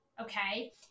okay